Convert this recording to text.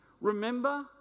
Remember